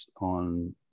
on